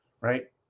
right